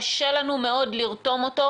קשה לנו מאוד לרתום אותו,